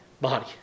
body